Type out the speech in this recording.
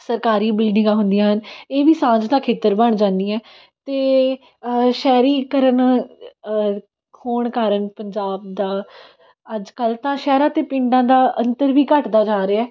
ਸਰਕਾਰੀ ਬਿਲਡਿੰਗਾਂ ਹੁੰਦੀਆਂ ਹਨ ਇਹ ਵੀ ਸਾਂਝ ਦਾ ਖੇਤਰ ਬਣ ਜਾਂਦੀਆਂ ਅਤੇ ਸ਼ਹਿਰੀਕਰਨ ਹੋਣ ਕਾਰਨ ਪੰਜਾਬ ਦਾ ਅੱਜ ਕੱਲ੍ਹ ਤਾਂ ਸ਼ਹਿਰਾਂ ਅਤੇ ਪਿੰਡਾਂ ਦਾ ਅੰਤਰ ਵੀ ਘੱਟਦਾ ਜਾ ਰਿਹਾ